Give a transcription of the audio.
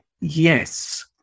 Yes